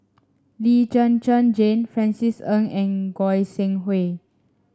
Lee Zhen Zhen Jane Francis Ng and Goi Seng Hui